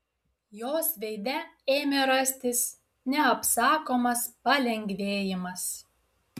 jos veide ėmė rastis neapsakomas palengvėjimas